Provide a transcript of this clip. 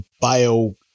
bio